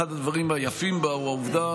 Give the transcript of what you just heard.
הוא העובדה